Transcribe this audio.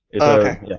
Okay